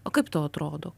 o kaip tau atrodo